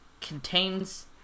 contains